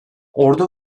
ordu